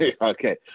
Okay